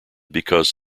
because